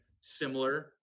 similar